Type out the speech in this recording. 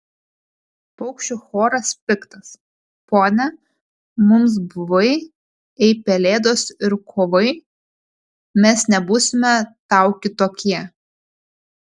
paukščių choras piktas pone mums buvai ei pelėdos ir kovai mes nebūsime tau kitokie